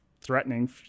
threatening